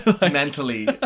Mentally